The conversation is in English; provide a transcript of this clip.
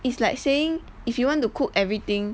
it's like saying if you want to cook everything